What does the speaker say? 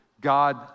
God